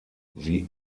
sie